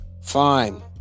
Fine